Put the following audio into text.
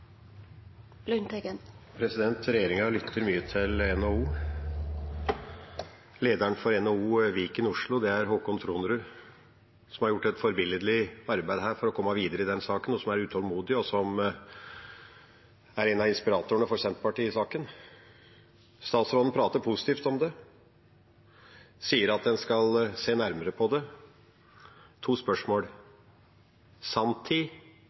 nok. Regjeringa lytter mye til NHO. Lederen for NHO Viken Oslo er Haakon Tronrud, som har gjort et forbilledlig arbeid for å komme videre i saken. Han er utålmodig og en av inspiratorene for Senterpartiet i saken. Statsråden prater positivt om det og sier at man skal se nærmere på det. Jeg har to spørsmål: